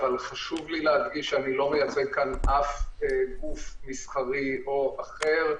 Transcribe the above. אבל חשוב לי להדגיש שאני לא מייצג כאן אף גוף מסחרי או אחר.